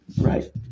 Right